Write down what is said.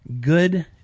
Good